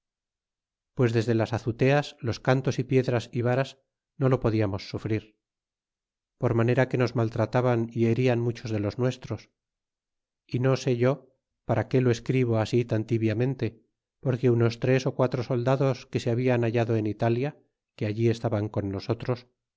pues desde las azuteas los cantos y piedras y varas no lo podiamos sufrir por manera que nos maltrataban é herian muchos de los nuestros é no sé yo para que lo escribo así tan tibiamente porque unos tres á quatro soldados que se habian hallado en italia que allí estaban con nosotros